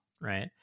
right